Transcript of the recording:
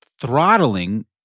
throttling